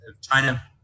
China